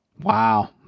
wow